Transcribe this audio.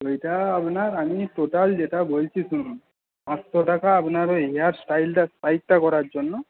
ওইটা আপনার আমি টোটাল যেটা বলছি শুনুন পাঁচশো টাকা আপনার ওই হেয়ারস্টাইলটা স্পাইকটা করার জন্য